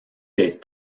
les